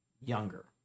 younger